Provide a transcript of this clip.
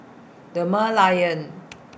The Merlion